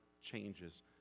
changes